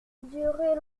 durer